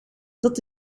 dat